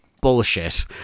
bullshit